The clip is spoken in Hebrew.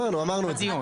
אמרנו את זה.